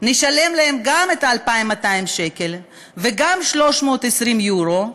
נשלם להם גם את 2,200 השקל וגם 320 יורו,